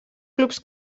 clubs